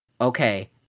okay